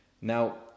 Now